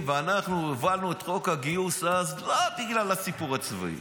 דרך אגב,